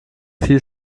viel